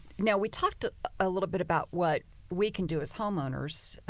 now, we talked a ah little bit about what we can do as homeowners,